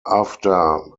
after